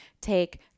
take